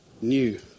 new